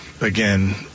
Again